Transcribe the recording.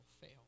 fail